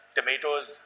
tomatoes